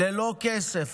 ללא כסף.